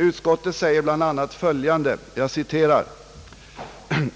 Utskottet säger bl.a. följande: